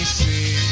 see